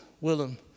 Willem